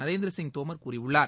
நரேந்திர சிங் தோமர் கூறியுள்ளார்